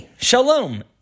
Shalom